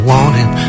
Wanting